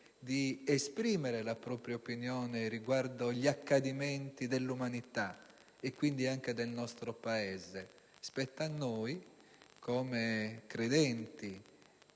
di esprimere la propria opinione riguardo gli accadimenti dell'umanità e quindi anche del nostro Paese. Spetta a noi, come credenti,